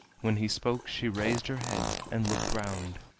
when he spoke she raised her head and looked round,